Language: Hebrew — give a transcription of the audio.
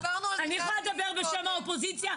אני יכולה לדבר בשם האופוזיציה,